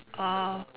oh